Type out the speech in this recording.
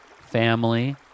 family